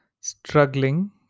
struggling